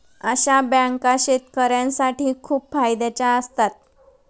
अशा बँका शेतकऱ्यांसाठी खूप फायद्याच्या असतात